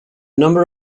number